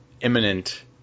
imminent